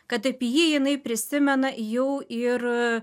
kad apie jį jinai prisimena jau ir